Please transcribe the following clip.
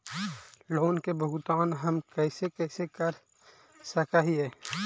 Loan के भुगतान हम कैसे कैसे कर सक हिय?